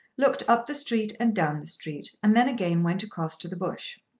looked up the street and down the street and then again went across to the bush.